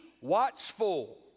watchful